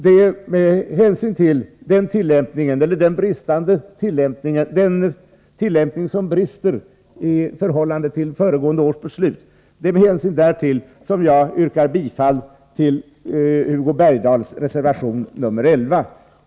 Det är med hänsyn till dennna tillämpning som brister i förhållande till föregående års beslut som jag yrkar bifall till Hugo Bergdahls reservation 11.